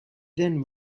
then